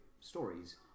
stories